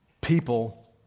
people